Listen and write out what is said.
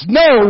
no